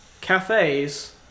Cafes